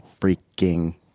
freaking